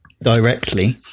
directly